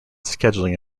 scheduling